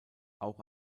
auch